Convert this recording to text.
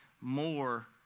more